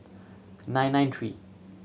nine nine three